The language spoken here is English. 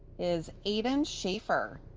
is aidan schaefer,